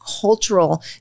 cultural